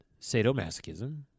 sadomasochism